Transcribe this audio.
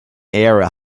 area